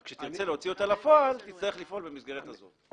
רק כשתרצה להוציא אותה אל הפועל תצטרך לפעול במסגרת הזאת.